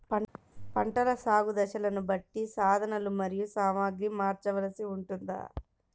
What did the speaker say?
పంటల సాగు దశలను బట్టి సాధనలు మరియు సామాగ్రిని మార్చవలసి ఉంటుందా?